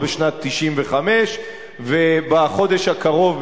בשנת 1995. בחודש הקרוב,